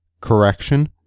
correction